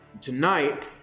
Tonight